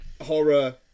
horror